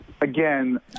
again